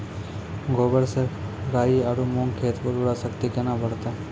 गोबर से राई आरु मूंग खेत के उर्वरा शक्ति केना बढते?